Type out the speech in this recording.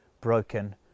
broken